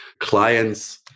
clients